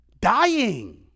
Dying